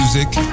Music